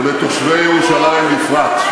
ולתושבי ירושלים בפרט.